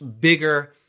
bigger